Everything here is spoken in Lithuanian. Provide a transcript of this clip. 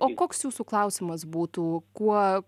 o koks jūsų klausimas būtų kuo